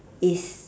is